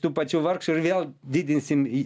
tų pačių vargšų ir vėl didinsim į